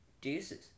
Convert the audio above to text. Deuces